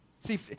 See